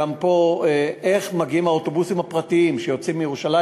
איך מגיעים האוטובוסים הפרטיים שיוצאים מירושלים,